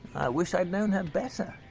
i wish i'd known her better,